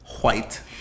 white